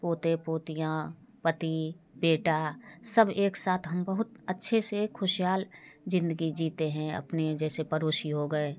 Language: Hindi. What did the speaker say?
पोते पोतियाँ पति बेटा सब एक साथ हम बहुत अच्छे से खुशहाल ज़िंदगी जिते हैं अपने जैसे पड़ोसी हो गए